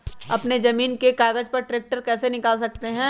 अपने जमीन के कागज पर ट्रैक्टर कैसे निकाल सकते है?